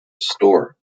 store